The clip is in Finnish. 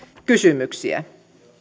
kysymyksiä